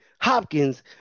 Hopkins